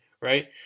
right